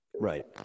right